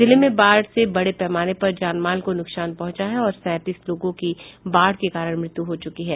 जिले में बाढ़ से बड़े पैमाने पर जानमाल को नुकसान पहुंचा है और सैंतीस लोगों की बाढ़ के कारण मृत्यू हो चुकी है